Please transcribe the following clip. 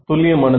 துல்லியமானது